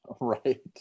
right